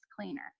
cleaner